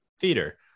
theater